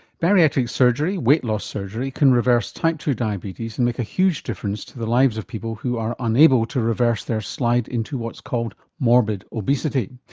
bariatric surgery weight loss surgery can reverse type two diabetes and make a huge difference to the lives of people who are unable to reverse their slide into what's called morbid obesity.